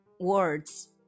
words